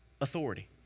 authority